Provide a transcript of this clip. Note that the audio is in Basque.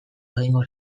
egingo